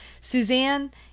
Suzanne